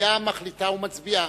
והמליאה מחליטה ומצביעה.